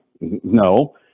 no